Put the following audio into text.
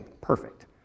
perfect